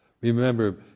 Remember